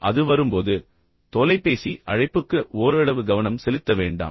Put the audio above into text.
அது வரும்போது தொலைபேசி அழைப்புக்கு ஓரளவு கவனம் செலுத்த வேண்டாம்